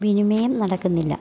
വിനിമയം നടക്കുന്നില്ല